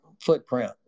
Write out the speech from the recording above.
footprint